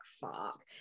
fuck